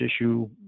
issue